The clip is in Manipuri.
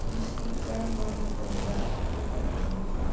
ꯃꯁꯤ ꯀꯔꯝꯕ ꯃꯇꯝꯗ ꯊꯣꯛꯀꯗꯕꯅꯣ